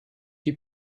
die